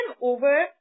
over